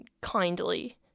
kindly